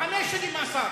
חמש שנים מאסר.